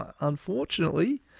unfortunately